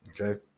Okay